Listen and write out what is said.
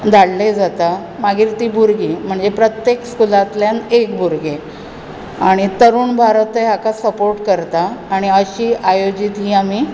धाडलें जाता मागीर तीं भुरगीं म्हणजे प्रत्येक स्कुलांतल्यान एक भुरगें आनी तरुण भारतय हाका सपोर्ट करता आनी अशी आयोजीत ही आमी